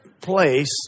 place